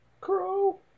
Crow